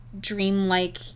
dreamlike